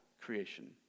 creation